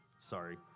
Sorry